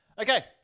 Okay